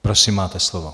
Prosím, máte slovo.